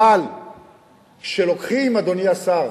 אבל כשלוקחים, אדוני השר,